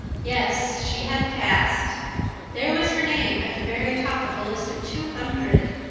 yes, she had passed there was her name at the very top of a list of two hundred!